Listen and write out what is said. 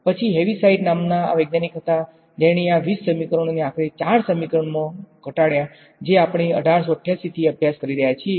પછી હેવીસાઇડ નામના આ વૈજ્ઞાનિક હતા જેણે આ ૨૦ સમીકરણોને આખરે ૪ સમીકરણોમા ઘટાડ્યા જે આપણે 1888 થી અભ્યાસ કરી રહ્યા છીએ